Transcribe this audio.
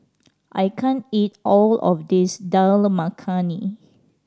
I can't eat all of this Dal Makhani